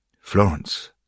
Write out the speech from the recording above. Florence